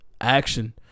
Action